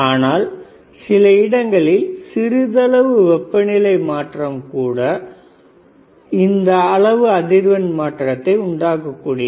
ஆனால் சில இடங்களில் சிறிதளவு வெப்பநிலை மாற்றம் கூட இந்த அளவு அதிர்வெண் மாற்றத்தை உண்டாக்க கூடியது